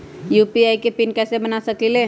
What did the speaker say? UPI के PIN कैसे बना सकीले?